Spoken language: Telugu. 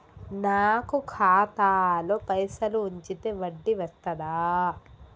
నాకు ఖాతాలో పైసలు ఉంచితే వడ్డీ వస్తదా?